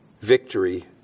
victory